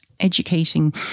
Educating